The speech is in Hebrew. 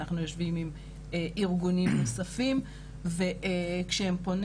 אנחנו יושבים עם ארגונים נוספים וכשהם פונים